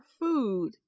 food